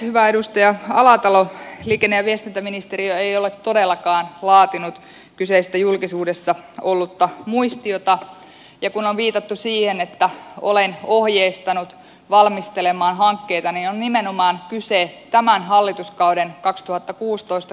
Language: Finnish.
hyvä edustaja alatalo liikenne ja viestintäministeriö ei ole todellakaan laatinut kyseistä julkisuudessa ollutta muistiota ja kun on viitattu siihen että olen ohjeistanut valmistelemaan hankkeita niin on nimenomaan kyse tämän hallituskauden kaksituhattakuusitoista